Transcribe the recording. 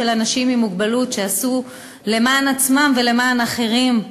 אנשים שעשו למען עצמם ולמען אחרים,